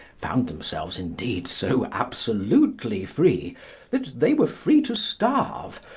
found themselves indeed so absolutely free that they were free to starve,